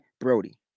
Brody